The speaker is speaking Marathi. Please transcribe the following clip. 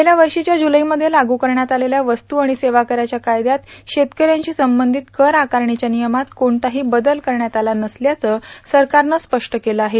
गेल्या वर्षीच्या जुलैमध्ये लागू करण्यात आलेल्या वस्तू आणि सेवाकराच्या कायद्यात शेतकऱ्यांशी संबषित कर आकारणीच्या नियमात कोणताही बदल करण्यात आला नसल्याचं सरकारनं स्पष्ट केलं आहे